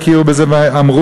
יכירו בזה ויאמרו,